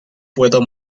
puedo